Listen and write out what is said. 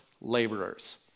laborers